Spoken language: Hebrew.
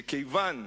שכיוון,